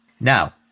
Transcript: Now